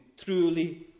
truly